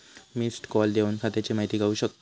missed call देवन खात्याची माहिती गावू शकता